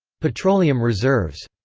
petroleum reserves.